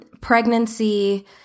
pregnancy